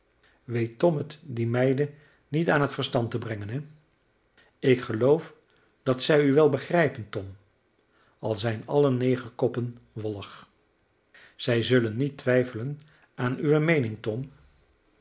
weet tom het die meiden niet aan het verstand te brengen he ik geloof dat zij u wel begrijpen tom al zijn alle negerkoppen wollig zij zullen niet twijfelen aan uwe meening tom